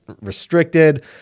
restricted